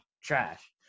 trash